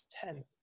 ten